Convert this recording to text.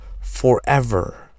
forever